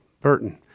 Burton